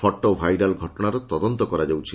photo viral ଘଟଶାର ତଦନ୍ତ କରାଯାଉଛି